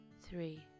three